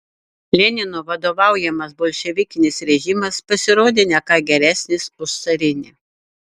lenino vadovaujamas bolševikinis režimas pasirodė ne ką geresnis už carinį